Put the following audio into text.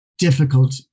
difficult